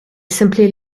simply